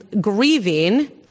grieving